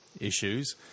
issues